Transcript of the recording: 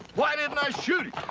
why didn't i shoot him?